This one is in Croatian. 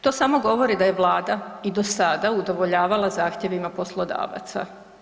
To samo govori da je Vlada i do sada udovoljavala zahtjevima poslodavaca.